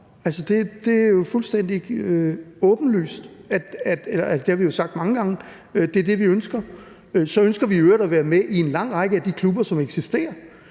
Det er fuldstændig åbenlyst. Det har vi jo sagt mange gange. Det er det, vi ønsker. Så ønsker vi i øvrigt at være med i en lang række af de klubber, som eksisterer: